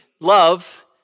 love